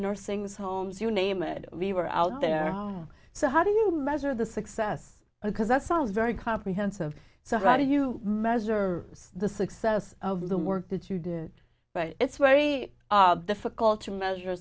nursings homes you name it we were out there so how do you measure the success because that sounds very comprehensive so how do you measure the success of the work that you do but it's very difficult to measure